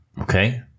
Okay